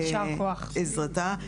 יישר כוח.